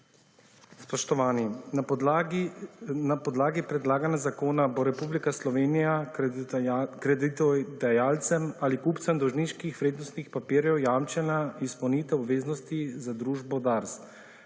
Spoštovani. Na podlagi predlaganega zakona bo Republika Slovenija kreditodajalcem ali kupcem dolžniških vrednostnih papirjev jamčena izpolnitev obveznosti za družbo DARS.